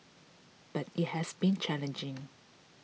but it has been challenging